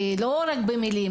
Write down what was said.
לא רק במילים,